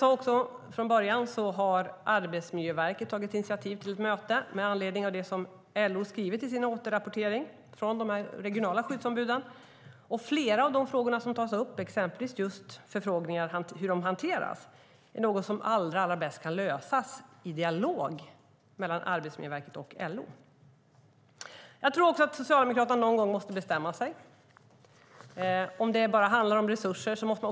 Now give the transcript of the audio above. Arbetsmiljöverket har tagit initiativ till ett möte med anledning av det som LO har skrivit i sin återrapportering från de regionala skyddsombuden. Flera av de frågor som tas upp, exempelvis frågor om hantering, är något som allra bäst kan lösas i dialog mellan Arbetsmiljöverket och LO. Socialdemokraterna måste någon gång bestämma sig. Man måste ställa sig frågan om det bara handlar om resurser.